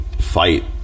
fight